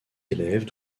élèves